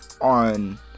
on